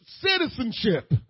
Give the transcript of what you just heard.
citizenship